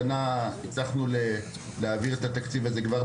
השנה הצלחנו להעביר את התקציב הזה לתוכנית "פותחים עתיד" כבר